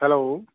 hello